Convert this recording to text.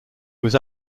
was